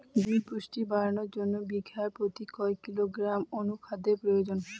জমির পুষ্টি বাড়ানোর জন্য বিঘা প্রতি কয় কিলোগ্রাম অণু খাদ্যের প্রয়োজন?